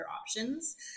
options